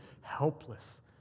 helpless